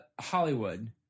hollywood